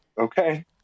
Okay